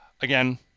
Again